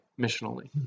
missionally